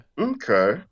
Okay